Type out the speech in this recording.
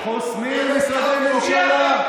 חוסמים משרדי ממשלה.